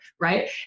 right